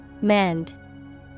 Mend